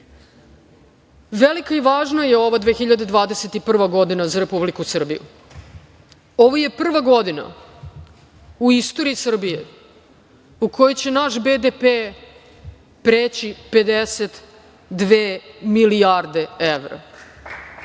i važna je ova 2021. godina, za Republiku Srbiju. Ovo je prva godina u istoriji Srbije u kojoj će naš BDP preći 52 milijarde evra.